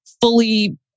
fully